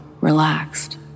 relaxed